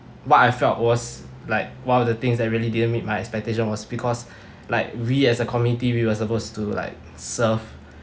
what I felt was like one of the things that really didn't meet my expectation was because like we as a community we were supposed to like serve